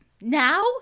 Now